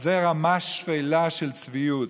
זה רמה שפלה של צביעות.